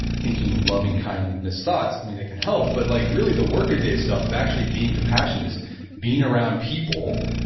thinking loving, kindness thoughts. i mean, they can help. but like really the work a day stuff of actually being compassionate is being around people,